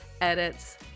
edits